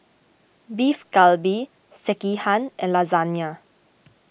Beef Galbi Sekihan and Lasagna